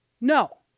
No